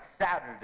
Saturday